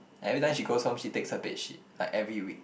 and every time she goes home she takes her bed sheet like every week